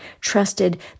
trusted